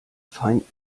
feind